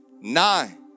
nine